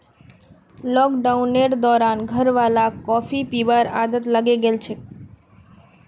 लॉकडाउनेर दौरान घरवालाक कॉफी पीबार आदत लागे गेल छेक